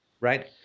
right